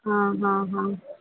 हा हा हा